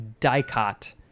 dicot